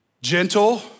Gentle